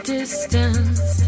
distance